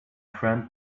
friend